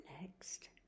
next